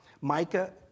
Micah